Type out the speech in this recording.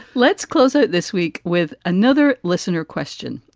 lets close out this week with another listener question.